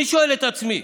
אני שואל את עצמי: